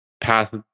path